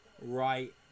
right